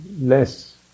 less